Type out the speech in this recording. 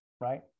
right